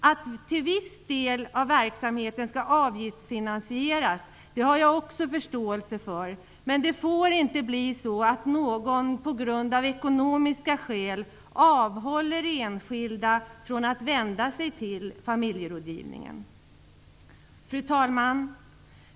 Att en viss del av verksamheten skall avgiftsfinansieras har jag också förståelse för, men det får inte bli så att ekonomiska skäl avhåller enskilda från att vända sig till familjerådgivningen. Fru talman!